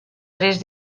tres